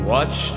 Watch